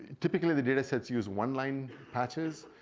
typically, the datasets use one-line patches,